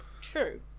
True